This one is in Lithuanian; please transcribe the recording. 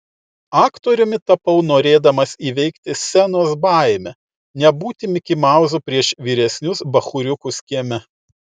aktoriumi tapau norėdamas įveikti scenos baimę nebūti mikimauzu prieš vyresnius bachūriukus kieme